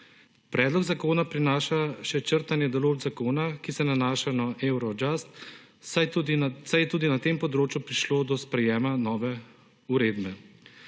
Predlog zakona prinaša še črtanje določb zakona, ki se nanaša na euro just, saj je tudi na tem področju prišlo do sprejema nove uredbe.